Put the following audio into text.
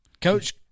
Coach